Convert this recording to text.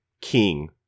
king